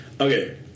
Okay